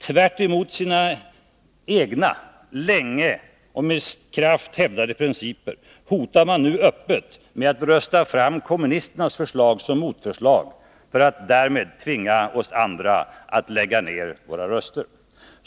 Tvärtemot sina egna länge och med kraft hävdade principer hotar man nu öppet med att rösta fram kommunisternas förslag som motförslag för att därmed tvinga oss andra att lägga ned våra röster. Herr talman!